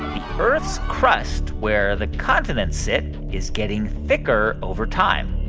the earth's crust, where the continents sit, is getting thicker over time?